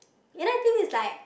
ya the thing it's like